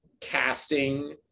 casting